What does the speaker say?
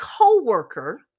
co-worker